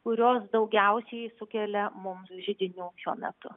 kurios daugiausiai sukelia mums židinių šiuo metu